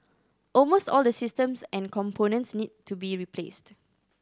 almost all the systems and components need to be replaced